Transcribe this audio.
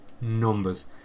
numbers